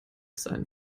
sein